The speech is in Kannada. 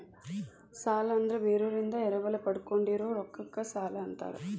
ಸಾಲ ಅಂದ್ರ ಬೇರೋರಿಂದ ಎರವಲ ಪಡ್ಕೊಂಡಿರೋ ರೊಕ್ಕಕ್ಕ ಸಾಲಾ ಅಂತಾರ